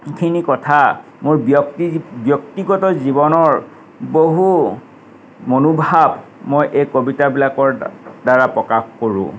খিনি কথা মোৰ ব্যক্তি ব্যক্তিগত জীৱনৰ বহু মনোভাৱ মই এই কবিতাবিলাকৰ দা দ্বাৰা প্ৰকাশ কৰোঁ